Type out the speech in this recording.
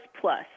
plus